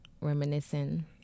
Reminiscing